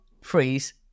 freeze